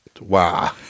wow